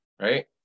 right